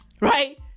right